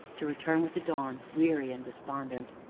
to return with the dawn, weary and despondent.